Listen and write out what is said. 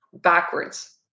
backwards